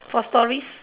got stories